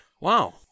Wow